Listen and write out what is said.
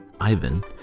Ivan